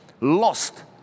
lost